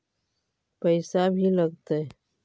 पैसा भी लगतय?